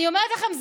אני אומרת לכם,